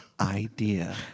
Idea